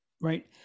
right